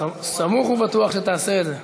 סמוך ובטוח שתעשה את זה.